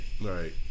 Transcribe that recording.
Right